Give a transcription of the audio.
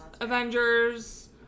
Avengers